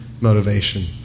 motivation